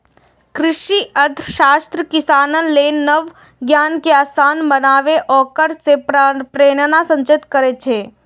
कृषि अर्थशास्त्र किसानक लेल नव ज्ञान कें आसान बनाके ओकरा मे प्रेरणाक संचार करै छै